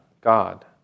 God